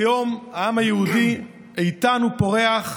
כיום העם היהודי איתן ופורח,